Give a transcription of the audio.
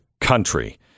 country